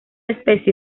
especie